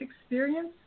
experience